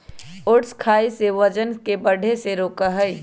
oats खाई से वजन के बढ़े से रोका हई